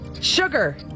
sugar